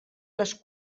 les